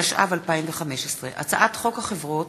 התשע"ו 2015, הצעת חוק החברות